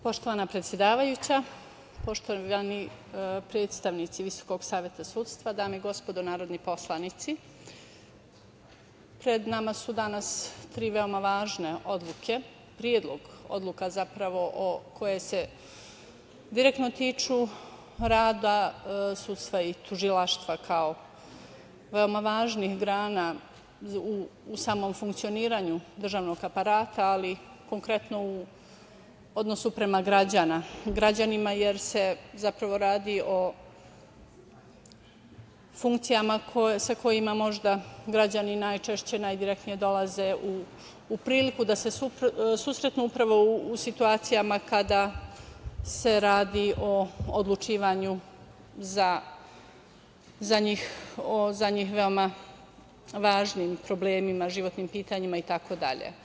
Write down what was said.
Poštovana predsedavajuća, poštovani predstavnici VSS, dame i gospodo narodni poslanici, pred nama su danas tri veoma važne odluke, predlog odluka zapravo koje se direktno tiču rada sudstva i tužilaštva kao veoma važnih grana u samom funkcionisanju državnog aparata, ali konkretno u odnosu prema građanima, jer se zapravo radi o funkcijama sa kojima možda građani najčešće najdirektnije dolaze u priliku da se susretnu upravo u situacijama kada se radi o odlučivanju za njih veoma važnim problemima, životnim pitanjima itd.